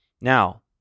Now